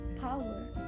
power